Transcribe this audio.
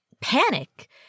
panic